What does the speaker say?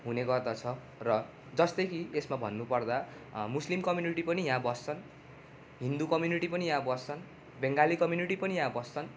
हुने गर्दछ र जस्तै कि यसमा भन्नुपर्दा मुस्लिम कम्युनिटी पनि याँ बस्छन् हिन्दू कम्युनिटी पनि यहाँ बस्छन् बङ्गाली कम्युनिटी पनि यहाँ बस्छन्